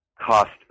cost